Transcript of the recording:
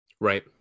Right